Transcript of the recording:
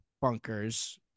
bunkers